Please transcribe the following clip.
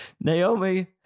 Naomi